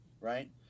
Right